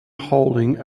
holding